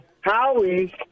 Howie